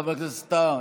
חבר הכנסת טאהא,